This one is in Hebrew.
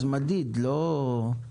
אז שיהיה מדיד ולא תיאוריה.